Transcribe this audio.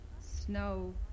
snow